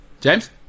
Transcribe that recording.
James